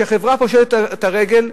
שחברה פושטת את הרגל,